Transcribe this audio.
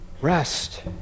rest